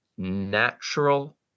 natural